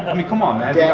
i mean come on, man. yeah